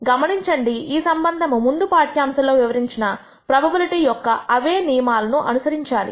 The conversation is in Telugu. గమనించండి ఈ సంబంధము ముందు పాఠ్యాంశంలో వివరించిన ప్రోబబిలిటీ యొక్క అవే నియమాలు అనుసరించాలి